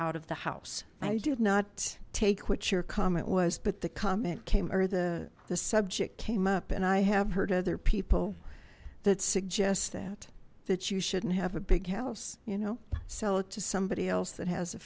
out of the house i did not take what your comment was but the comment came or the the subject came up and i have heard other people that suggest that that you shouldn't have a big house you know sell it to somebody else that has a